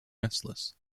restless